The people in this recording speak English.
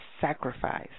sacrifice